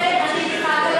אתה רוצה, אני אתך.